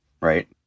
Right